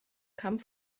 come